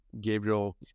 Gabriel